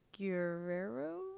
Guerrero